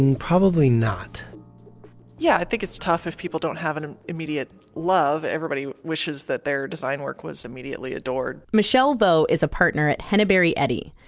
and probably not yeah. i think it's tough if people don't have an immediate love. everybody wishes that their design work was immediately adored michelle vo is a partner at hennebery eddie,